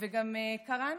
וגם קראנו,